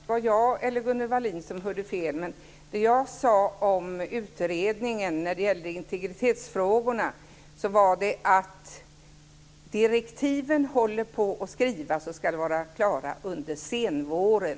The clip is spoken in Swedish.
Fru talman! Jag vet inte om det var jag eller Gunnel Wallin som hörde fel, men det som jag sade om utredningen om integritetsfrågorna var att direktiven håller på att skrivas och ska vara klara under senvåren.